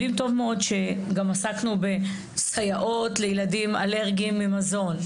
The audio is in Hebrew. עסקנו אף בסייעות לילדים אלרגיים למזון,